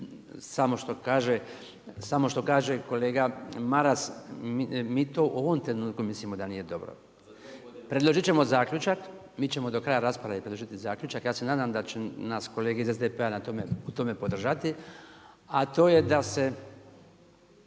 samo što kaže kolega Maras mi to u ovom trenutku mislimo da nije dobro. Predložit ćemo zaključak, mi ćemo do kraja rasprave predložiti zaključak. Ja se nadam da će nas kolege iz SDP-a u tome podržati, a to je da se